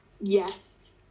Yes